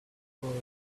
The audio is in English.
through